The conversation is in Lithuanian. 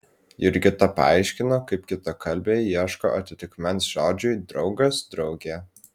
jurgita paaiškino kaip kitakalbiai ieško atitikmens žodžiui draugas draugė